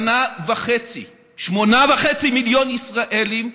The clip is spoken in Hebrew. שנה וחצי 8.5 מיליון ישראלים,